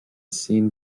seen